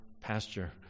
pasture